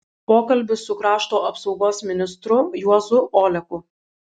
pokalbis su krašto apsaugos ministru juozu oleku